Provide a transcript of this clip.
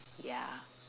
ya